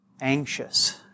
anxious